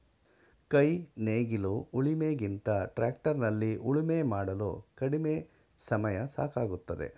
ಕೈ ನೇಗಿಲು ಉಳಿಮೆ ಗಿಂತ ಟ್ರ್ಯಾಕ್ಟರ್ ನಲ್ಲಿ ಉಳುಮೆ ಮಾಡಲು ಕಡಿಮೆ ಸಮಯ ಸಾಕಾಗುತ್ತದೆ